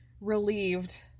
Relieved